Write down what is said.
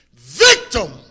victim